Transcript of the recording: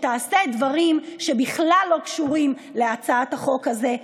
שתעשה דברים שבכלל לא קשורים להצעת החוק הזאת,